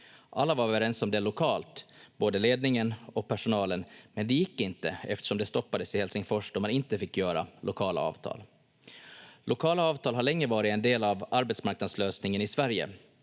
Alla var överens om det lokalt, både ledningen och personalen, men det gick inte eftersom det stoppades i Helsingfors, då man inte fick göra lokala avtal. Lokala avtal har länge varit en del av arbetsmarknadslösningen i Sverige.